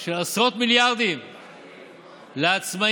של עשרות מיליארדים לעצמאים,